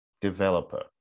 developer